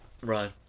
Right